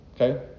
Okay